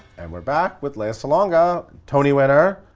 and we're back with lea salonga. tony winner,